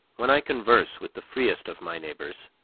when i converse with the freest of my neighbors,